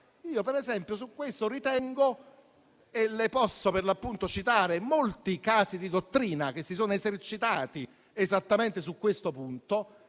Per esempio su questo ritengo - e le posso per l'appunto citare molti casi di dottrina che si sono esercitati esattamente sul punto